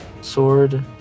sword